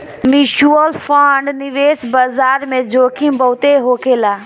mutual fund निवेश बाजार में जोखिम बहुत होखेला